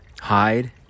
hide